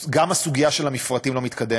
אז גם הסוגיה של המפרטים לא מתקדמת.